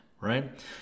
right